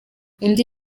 undi